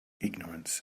ignorance